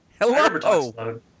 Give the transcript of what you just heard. Hello